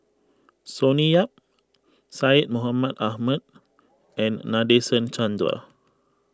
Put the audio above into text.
Sonny Yap Syed Mohamed Ahmed and Nadasen Chandra